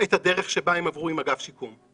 את הדרך שהם עברו עם אגף שיקום.